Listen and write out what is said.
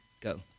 go